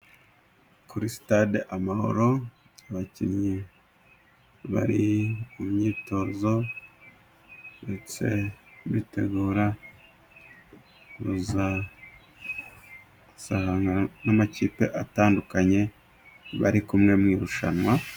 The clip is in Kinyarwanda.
Kuri Sitade Amahoro, abakinnyi bari mu myitozo ndetse bitegura kuza kuzahura n'amakipe atandukanye bari kumwe mu irushanwa.